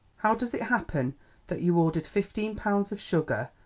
how does it happen that you ordered fifteen pounds of sugar,